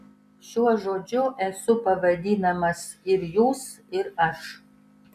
šiuo žodžiu esu pavadinamas ir jūs ir aš